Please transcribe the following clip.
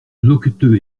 loqueteux